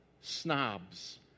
snobs